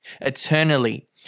eternally